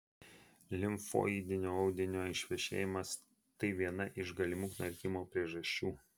limfoidinio audinio išvešėjimas taip viena iš galimų knarkimo priežasčių